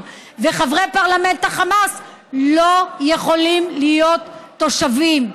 וחברי פרלמנט החמאס לא יכולים להיות תושבים.